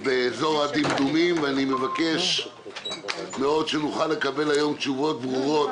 באזור הדימדומים ואני מקווה מאוד שנוכל לקבל היום תשובות ברורות,